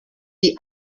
die